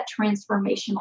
transformational